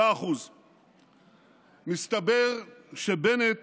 7%. מסתבר שבנט